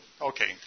Okay